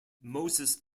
moses